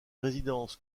résidences